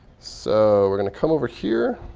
so we're going to come over here.